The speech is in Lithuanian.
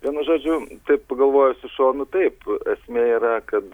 vienu žodžiu taip pagalvojus iš šonų taip esmė yra kad